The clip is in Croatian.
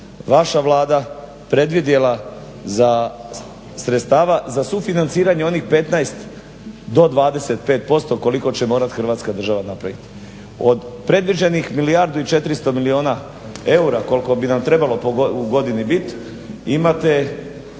vaša Vlada predvidjela za sredstava za sufinanciranje onih 15-25% koliko će morati Hrvatska država napraviti. Od predviđenih milijardu i 400 milijuna eura koliko bi nam trebalo u godini bit imate